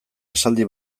esaldi